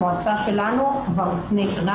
המועצה שלנו כבר לפני שנה,